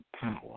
power